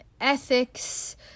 Ethics